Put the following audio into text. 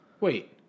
Wait